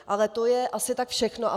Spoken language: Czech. Ale to je asi tak všechno.